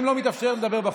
אם לא מתאפשר, לדבר בחוץ.